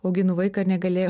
auginu vaiką ir negalėjau